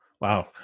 Wow